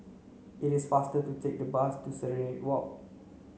it is faster to take the bus to Serenade Walk